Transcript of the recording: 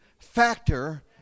factor